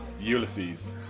Ulysses